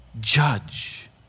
judge